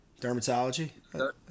Dermatology